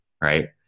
right